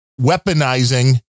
weaponizing